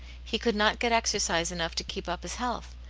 he could not get exercise enough to keep up his health.